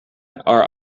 are